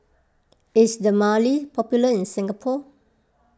is Dermale popular in Singapore